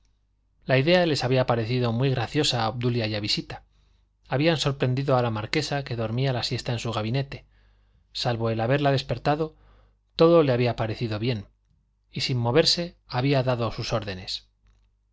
la idea les había parecido muy graciosa a obdulia y a visita habían sorprendido a la marquesa que dormía la siesta en su gabinete salvo el haberla despertado todo le había parecido bien y sin moverse había dado sus órdenes